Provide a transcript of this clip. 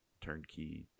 Turnkey